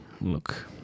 Look